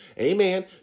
amen